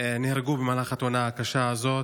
נהרגו במהלך התאונה הקשה הזאת,